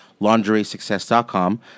LaundrySuccess.com